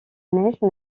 neige